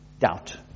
Doubt